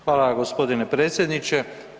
Hvala g. predsjedniče.